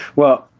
well,